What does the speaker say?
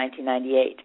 1998